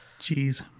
Jeez